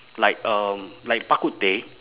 like um like bak kut teh